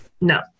no